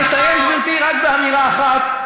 אני מסיים, גברתי, רק באמירה אחת.